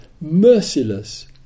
merciless